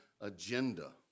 agenda